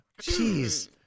Jeez